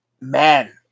Man